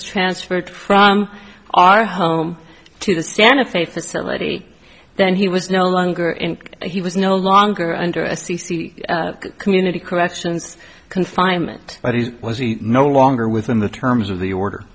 transferred from our home to the santa fe facility then he was no longer in he was no longer under a c c community corrections confinement but he was he no longer within the terms of the order